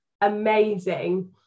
amazing